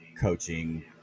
coaching